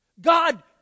God